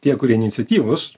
tie kurie iniciatyvūs